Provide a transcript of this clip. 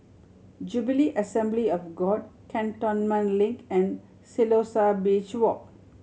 Jubilee Assembly of God Cantonment Link and Siloso Beach Walk